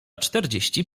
czterdzieści